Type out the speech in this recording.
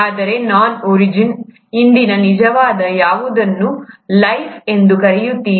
ಆದರೆ ನಾನು origin of life ಇಂದಿನ ನಿಜವಾದ ವಿಷಯಕ್ಕೆ ಬರುವ ಮೊದಲು ಜೀವನದ ವೈಶಿಷ್ಟ್ಯಗಳು ಯಾವುವು ಎಂಬುದನ್ನು ಅರ್ಥಮಾಡಿಕೊಳ್ಳುವುದು ಬಹಳ ಮುಖ್ಯ